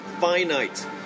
finite